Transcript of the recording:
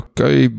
Okay